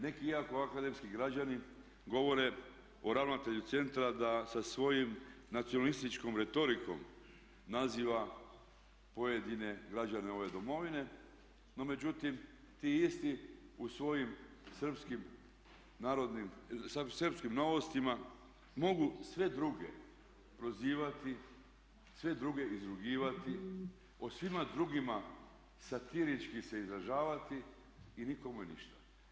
Neki iako akademski građani govore o ravnatelju centra da sa svojom nacionalističkom retorikom naziva pojedine građane ove domovine, no međutim ti isti u svojim srpskim "Novostima" mogu sve druge prozivati, sve druge izrugivati o svima drugima satirički se izražavati i nikome ništa.